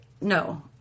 no